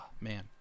man